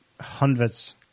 hundreds